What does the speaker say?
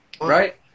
Right